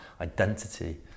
identity